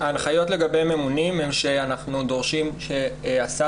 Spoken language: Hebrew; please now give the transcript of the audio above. ההנחיות לגבי ממונים הן שאנחנו דורשים שהשר